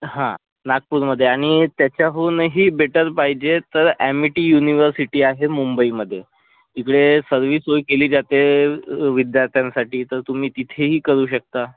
हां नागपूरमध्ये आणि त्याच्याहूनही बेटर पाहिजे तर ॲमिटी युनिवर्सिटी आहे मुंबईमध्ये इकडे सर्व सोय केली जाते विद्यार्थ्यांसाठी तर तुम्ही तिथेही करू शकता